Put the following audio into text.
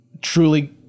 truly